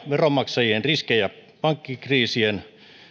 veronmaksajien riskejä pankkikriisien